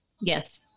Yes